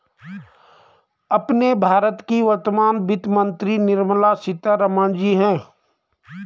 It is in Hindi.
अपने भारत की वर्तमान वित्त मंत्री निर्मला सीतारमण जी हैं